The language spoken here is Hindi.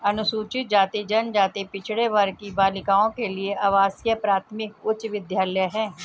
अनुसूचित जाति जनजाति पिछड़े वर्ग की बालिकाओं के लिए आवासीय प्राथमिक उच्च विद्यालय है